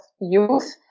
youth